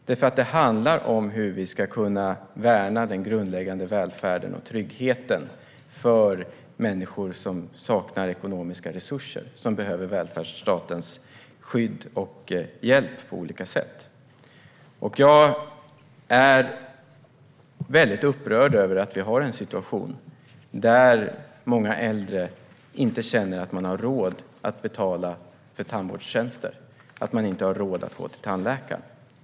Det handlar om hur vi ska kunna värna den grundläggande välfärden och tryggheten för människor som saknar ekonomiska resurser och som behöver välfärdsstatens skydd och hjälp på olika sätt. Jag är väldigt upprörd över att vi har en situation där många äldre inte känner att de har råd att betala för tandvårdstjänster och att gå till tandläkaren.